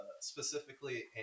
specifically